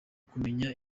kumenya